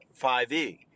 5e